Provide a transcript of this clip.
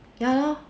ya lor